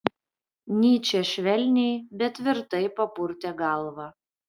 nyčė švelniai bet tvirtai papurtė galvą